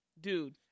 Dude